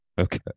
Okay